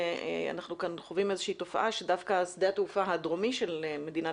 שאנחנו כאן חווים איזושהי תופעה שדווקא שדה התעופה דרומי של מדינת